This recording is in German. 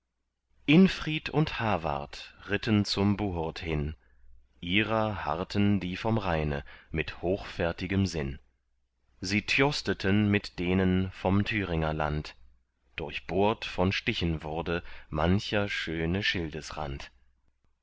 infried und hawart ritten zum buhurd hin ihrer harrten die vom rheine mit hochfärtgem sinn sie tjosteten mit denen vom thüringerland durchbohrt von stichen wurde mancher schöne